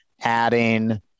adding